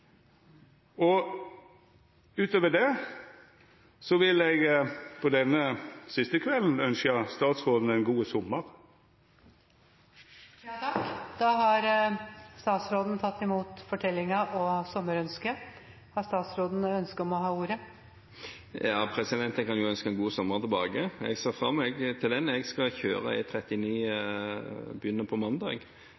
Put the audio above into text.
veg. Utover det vil eg på denne siste kvelden ønskja statsråden ein god sommar. Da har statsråden tatt imot fortellingen og sommerønsket. Ønsker statsråden ordet? Ja, jeg kan ønske en god sommer tilbake. Jeg ser fram til den. Mandag skal jeg begynne å kjøre